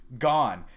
gone